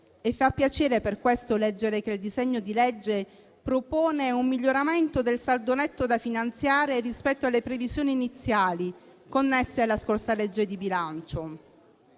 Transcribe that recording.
e fa piacere per questo leggere che il disegno di legge propone un miglioramento del saldo netto da finanziare rispetto alle previsioni iniziali connesse alla scorsa legge di bilancio.